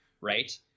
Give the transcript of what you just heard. Right